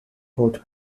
both